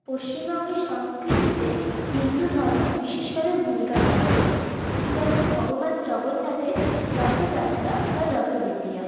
পশ্চিমবঙ্গের সংস্কৃতিতে হিন্দুধর্ম বিশেষভাবে ভূমিকা পালন করে যেমন ভগবান জগন্নাথের রথযাত্রা বা রথোদ্বিতীয়া